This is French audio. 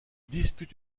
dispute